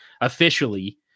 officially